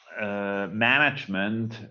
management